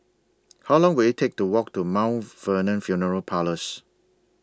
How Long Will IT Take to Walk to Mount Vernon Funeral Parlours